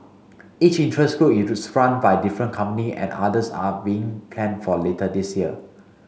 each interest group is run by different company and others are being planned for later this year